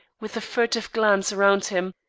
with a furtive glance around him.